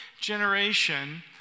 generation